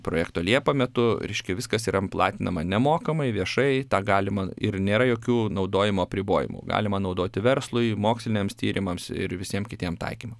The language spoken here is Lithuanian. projekto liepa metu reiškia viskas yra platinama nemokamai viešai tą galima ir nėra jokių naudojimo apribojimų galima naudoti verslui moksliniams tyrimams ir visiem kitiem taikymam